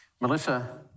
Melissa